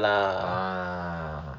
ah